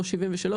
למה לא 73?